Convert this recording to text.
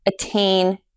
attain